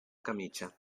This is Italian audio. camicia